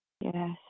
Yes